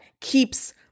keeps